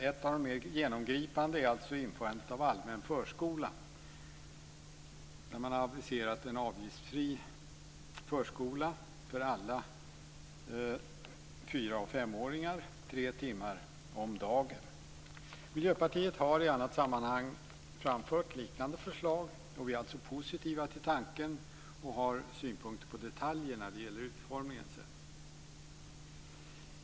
Ett av de mer genomgripande förslagen är alltså införandet av allmän förskola. Man har aviserat en avgiftsfri förskola för alla fyra och femåringar tre timmar om dagen. Miljöpartiet har i annat sammanhang framfört liknande förslag, och vi är alltså positiva till tanken och har synpunkter på detaljer när det gäller utformningen.